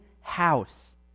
house